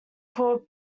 called